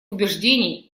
убеждений